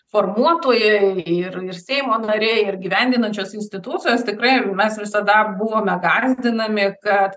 formuotojui ir ir seimo nariai ir įgyvendinančios institucijos tikrai mes visada buvome gąsdinami kad